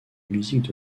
musique